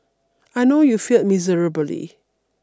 I know you failed miserably